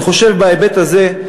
אני חושב שבהיבט הזה,